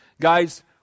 Guys